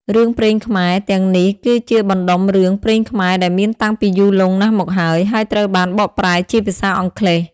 រឿងព្រេងខ្មែរ ទាំងនេះគឺជាបណ្តុំរឿងព្រេងខ្មែរដែលមានតាំងពីយូរលង់ណាស់មកហើយ ហើយត្រូវបានបកប្រែជាភាសាអង់គ្លេស។